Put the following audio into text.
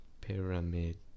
Pyramid